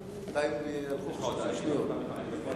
בינתיים, עברו, שניות.